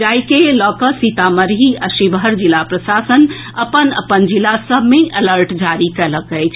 जाहि के लऽ कऽ सीतामढ़ी आ श्विहर जिला प्रशासन अपन अपन जिला सभ मे अलर्ट जारी कएलक अछि